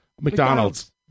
McDonald's